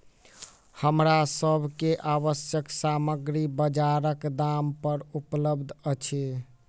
हमरा सभ के आवश्यक सामग्री बजारक दाम पर उपलबध अछि